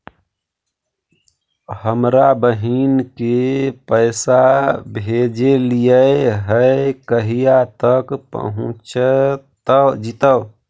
हमरा बहिन के पैसा भेजेलियै है कहिया तक पहुँच जैतै?